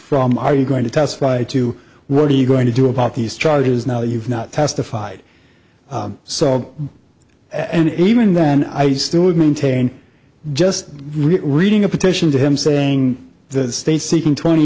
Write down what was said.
from are you going to testify to what are you going to do about these charges now that you've not testified so and even then i still would maintain just reading a petition to him saying the state seeking twenty